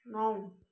नौ